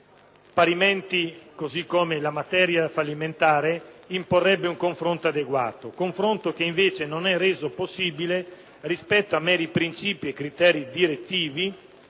merito, così come la materia fallimentare imporrebbe un confronto adeguato; confronto che invece non è reso possibile rispetto a meri principi e criteri direttivi,